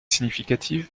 significative